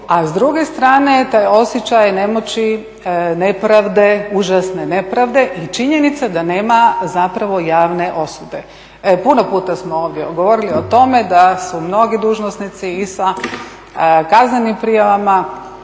A s druge strane taj osjećaj nemoći, nepravde, užasne nepravde i činjenica da nema zapravo javne osude. Puno puta smo ovdje govorili o tome da su mnogi dužnosnici i sa kaznenim prijavama